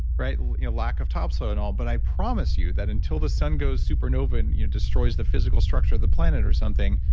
you know lack of topsoil and all, but i promise you that until the sun goes supernova and you know destroys the physical structure of the planet or something,